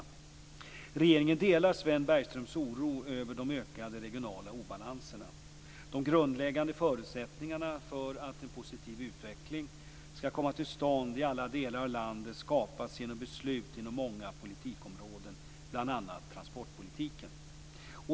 Regeringen delar Sven Bergströms oro över de ökade regionala obalanserna. De grundläggande förutsättningarna för att en positiv utveckling skall komma till stånd i alla delar av landet skapas genom beslut inom många politikområden, bl.a. transportpolitiken.